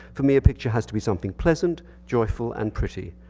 for me a picture has to be something pleasant, joyful, and pretty.